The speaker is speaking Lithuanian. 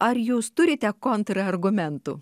ar jūs turite kontrargumentų